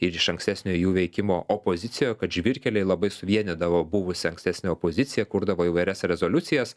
ir iš ankstesnio jų veikimo opozicijoje kad žvyrkeliai labai suvienydavo buvusią ankstesnę opoziciją kurdavo įvairias rezoliucijas